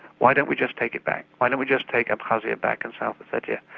why don't we just take it back? why don't we just take abkhazia back and south ossetia.